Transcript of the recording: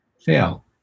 fail